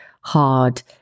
hard